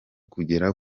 kugera